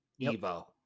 evo